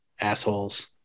assholes